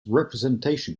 representation